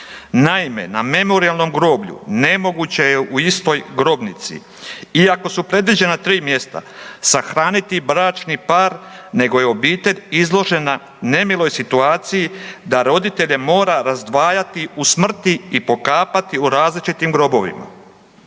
Naime, na Memorijalnom groblju nemoguće je u istoj grobnici iako su predviđena tri mjesta sahraniti bračni par, nego je obitelj izložena nemiloj situaciji, da roditelje mora razdvajati u smrti i pokapati u različitim grobovima.